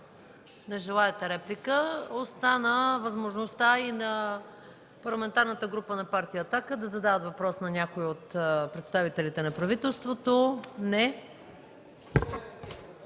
Не желаете. Остана възможността и на Парламентарната група на партия „Атака“ да зададат въпрос на някой от представителите на правителството.